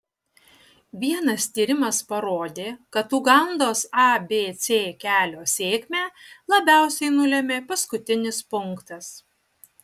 vienas tyrimas parodė kad ugandos abc kelio sėkmę labiausiai nulėmė paskutinis punktas